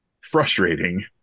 frustrating